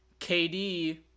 KD